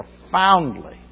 profoundly